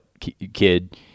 kid